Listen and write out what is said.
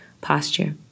posture